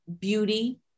beauty